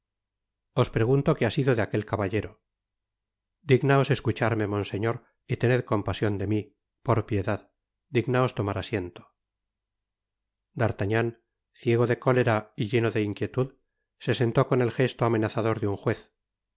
os pregunto qué ha sido de aquel caballero dignaos escucharme monseñor y tened compasion de mí por piedad i dignaos tomar asiento d'artagnan ciego de cólera y lleno de inquietud se sentó con el gesto amenazador de un juez